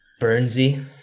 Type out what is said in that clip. Burnsy